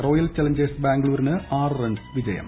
royal challengers ബാംഗ്ലൂരിന് ആറ് runs ജയം